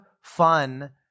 fun